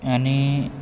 आनी